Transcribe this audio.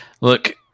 look